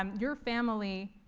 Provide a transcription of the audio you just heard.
um your family,